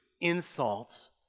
insults